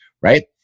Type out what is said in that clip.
right